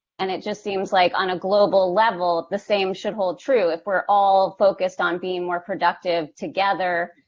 and it just seems like on a global level, the same should hold true. if we're all focused on being more productive together,